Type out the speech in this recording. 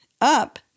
up